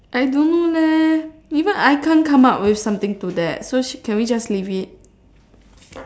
I don't know leh even I can't come up with something to that so s~ can we just leave it